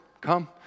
come